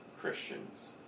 Christians